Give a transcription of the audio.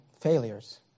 failures